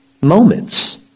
moments